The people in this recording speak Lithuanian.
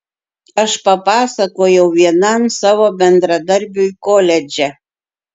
aš papasakojau vienam savo bendradarbiui koledže